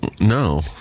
No